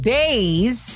days